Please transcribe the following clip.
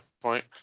point